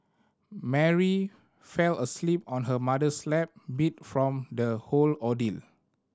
Mary fell asleep on her mother's lap beat from the whole ordeal